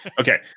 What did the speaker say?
Okay